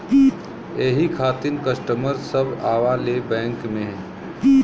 यही खातिन कस्टमर सब आवा ले बैंक मे?